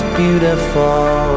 beautiful